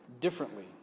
differently